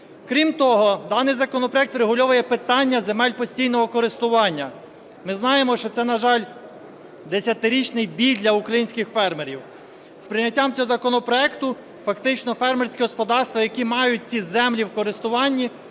Крім того, даний законопроект врегульовує питання земель постійного користування, ми знаємо, що це, на жаль, десятирічний біль для українських фермерів. З прийняттям цього законопроекту фактично фермерські господарства, які мають ці землі в користуванні,